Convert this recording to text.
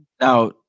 Now